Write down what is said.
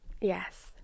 Yes